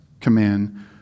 command